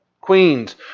Queens